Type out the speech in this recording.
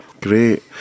great